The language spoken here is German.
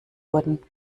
wurden